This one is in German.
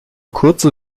kurze